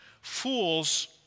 fools